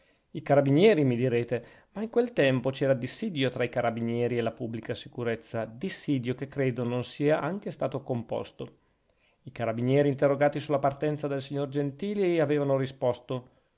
i carabinieri mi direte ma in quel tempo c'era dissidio tra i carabinieri e la pubblica sicurezza dissidio che credo non sia anche stato composto i carabinieri interrogati sulla partenza del signor gentili avevano risposto